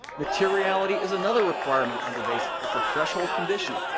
materiality is another requirement under basic. it's a threshold condition.